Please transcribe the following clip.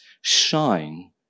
shine